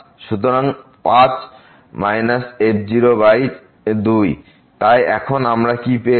সুতরাং 5 f2 তাই এখন আমরা কি পেয়েছি